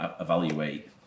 evaluate